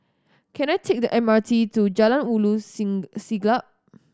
can I take the M R T to Jalan Ulu Siglap